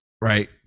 right